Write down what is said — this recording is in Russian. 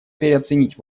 переоценить